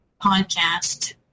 podcast